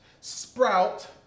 sprout